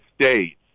States